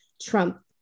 Trump